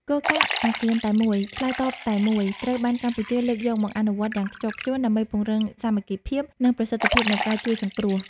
គោលការណ៍អាស៊ានតែមួយ ឆ្លើយតបតែមួយ ត្រូវបានកម្ពុជាលើកយកមកអនុវត្តយ៉ាងខ្ជាប់ខ្ជួន ដើម្បីពង្រឹងសាមគ្គីភាព និងប្រសិទ្ធភាពនៃការជួយសង្គ្រោះ។